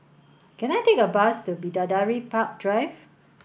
can I take a bus to Bidadari Park Drive